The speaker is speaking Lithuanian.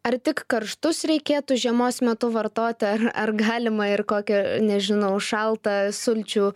ar tik karštus reikėtų žiemos metu vartoti ar ar galima ir kokią nežinau šaltą sulčių